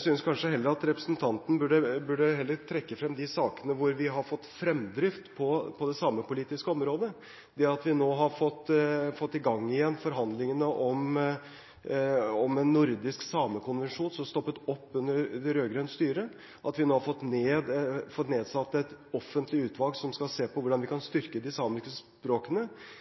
synes kanskje representanten heller burde trekke frem de sakene hvor vi har fått fremdrift på det samepolitiske området – det at vi nå har fått i gang igjen forhandlingene om en nordisk samekonvensjon, som stoppet opp under rød-grønt styre, og at vi nå har fått nedsatt et offentlig utvalg som skal se på hvordan vi kan styrke de samiske språkene.